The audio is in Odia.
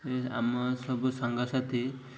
ଆମ ସବୁ ସାଙ୍ଗସାଥି